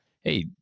hey